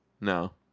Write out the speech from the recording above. No